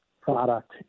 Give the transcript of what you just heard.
product